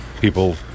People